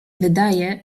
wydaje